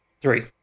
Three